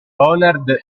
bonard